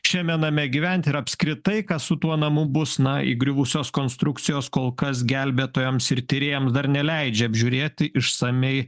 šiame name gyventi ir apskritai kas su tuo namu bus na įgriuvusios konstrukcijos kol kas gelbėtojams ir tyrėjams dar neleidžia apžiūrėti išsamiai